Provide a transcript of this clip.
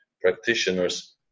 practitioners